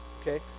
Okay